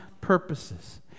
purposes